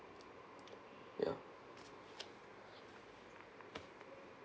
ya